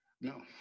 No